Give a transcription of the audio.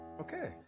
okay